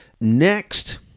Next